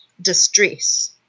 distress